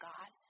God